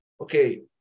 okay